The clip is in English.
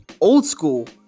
old-school